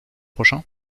prochain